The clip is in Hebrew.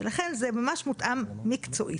ולכן זה ממש מותאם מקצועית.